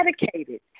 dedicated